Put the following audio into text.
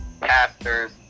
pastors